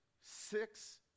six